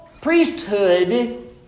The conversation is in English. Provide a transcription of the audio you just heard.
Priesthood